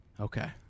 okay